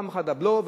פעם אחת הבלו,